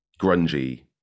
grungy